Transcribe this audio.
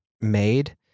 made